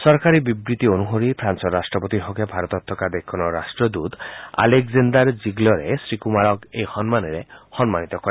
চৰকাৰী বিবৃতি অনুসৰি ফ্ৰান্সৰ ৰাষ্ট্ৰপতিৰ হকে ভাৰতত থকা দেশখনৰ ৰাষ্ট্ৰদূত আলেকজেণ্ডাৰ জিগলৰে শ্ৰীকৃমাৰক এই সন্মানেৰে সন্মানিত কৰে